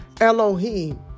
Elohim